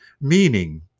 meaning